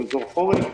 באזור החורף.